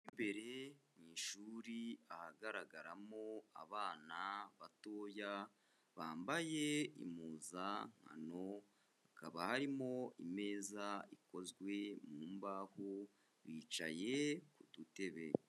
Mo imbere mu ishuri ahagaragaramo abana batoya, bambaye impuzankano, hakaba harimo imeza ikozwe mu mbaho, bicaye ku dutebe.